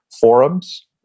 forums